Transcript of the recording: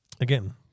again